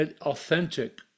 authentic